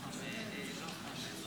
אלמנות וגרושות),